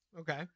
Okay